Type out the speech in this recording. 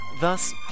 Thus